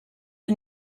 the